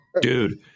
Dude